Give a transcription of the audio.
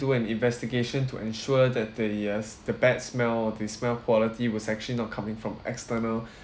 do an investigation to ensure that the uh the bad smell the smell quality was actually not coming from external